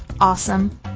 awesome